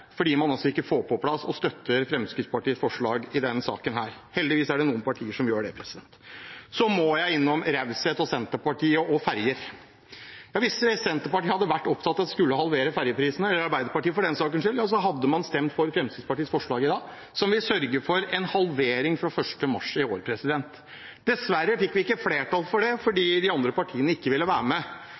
fordi man ikke får på plass dette og støtter Fremskrittspartiets forslag i denne saken. Heldigvis er det noen partier som gjør det. Så må jeg innom raushet og Senterpartiet og ferjer. Hvis Senterpartiet hadde vært opptatt av at vi skulle halvere ferjeprisene – eller Arbeiderpartiet, for den saks skyld – hadde man stemt for Fremskrittspartiets forslag i dag, som vil sørge for en halvering fra 1. mars i år. Dessverre fikk vi ikke flertall for det, fordi de andre partiene ikke ville være med.